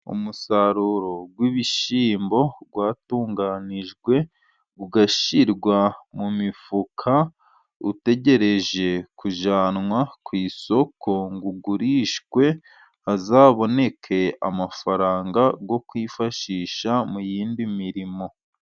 Umusaruro w'ibishyimbo watunganijwe. Ugashyirwa mu mifuka ,utegereje kujyanwa ku isoko. Ngo ugurishwe hazaboneke amafaranga yo kwifashisha mu yindi mirimo.